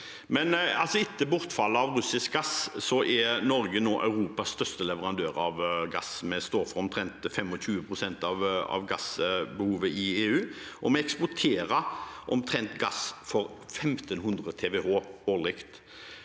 Etter bortfallet av russisk gass er Norge nå Europas største leverandør av gass. Vi står for omtrent 25 pst. av gassebehovet i EU, og vi eksporterer gass for omtrent